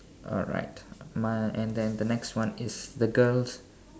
alright my and then the next one is the girls